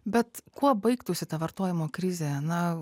bet kuo baigtųsi ta vartojimo krizė na